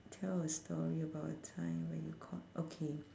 tell a story about a time when you caught okay